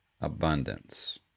abundance